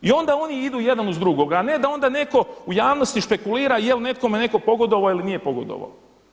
I onda idu jedan uz drugoga, a ne da onda neko u javnosti špekulira jel neko nekome pogodovao ili nije pogodovao.